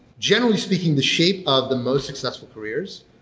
generally speaking, the shape of the most successful careers,